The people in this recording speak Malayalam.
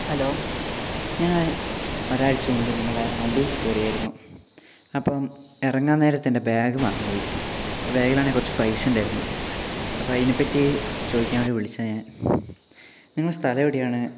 ഹലോ ഞാൻ ഒരാഴ്ച മുമ്പ് നിങ്ങളെ വണ്ടിയിൽ കയറിയിരുന്നു അപ്പം ഇറങ്ങാൻ നേരത്ത് എൻ്റെ ബാഗ് മറന്നുപോയി ആ ബാഗിലാണെങ്കിൽ കുറച്ച് പൈസയുണ്ടായിരുന്നു അപ്പോൾ അതിനെപ്പറ്റി ചോദിക്കാൻ വേണ്ടി വിളിച്ചതാണ് ഞാൻ നിങ്ങളെ സ്ഥലമെവിടെയാണ്